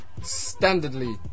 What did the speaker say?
Standardly